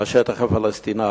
השטח הפלסטיני,